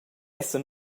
essan